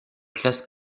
classe